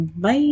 Bye